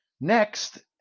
Next